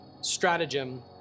stratagem